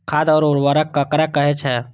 खाद और उर्वरक ककरा कहे छः?